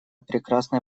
прекрасное